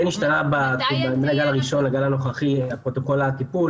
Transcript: כן השתנה בין הגל הראשון לגל הנוכחי פרוטוקול הטיפול,